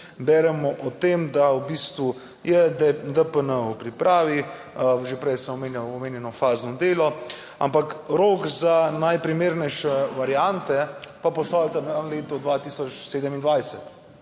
beremo o tem, da v bistvu je DPN v pripravi. Že prej sem omenjal omenjeno fazno delo, ampak rok za najprimernejše variante pa postavljate letu 2027.